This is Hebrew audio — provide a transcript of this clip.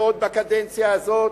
ועוד בקדנציה הזאת,